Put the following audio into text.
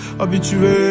habitué